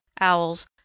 owls